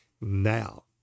now